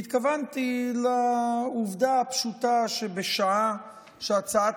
והתכוונתי לעובדה הפשוטה שבשעה שהצעת